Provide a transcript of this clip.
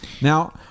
Now